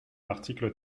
l’article